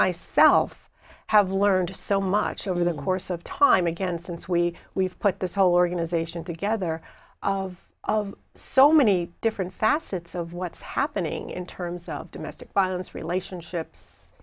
myself have learned so much over the course of time again since we we've put this whole organization together of so many different facets of what's happening in terms of domestic violence relationships